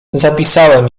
zapisałem